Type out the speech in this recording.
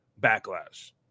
backlash